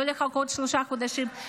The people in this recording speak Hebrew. לא לחכות שלושה חודשים,